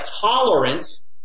tolerance